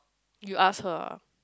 you asked her ah